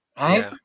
Right